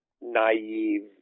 Naive